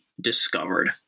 discovered